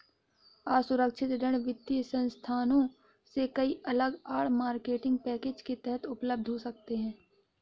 असुरक्षित ऋण वित्तीय संस्थानों से कई अलग आड़, मार्केटिंग पैकेज के तहत उपलब्ध हो सकते हैं